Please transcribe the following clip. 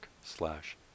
slash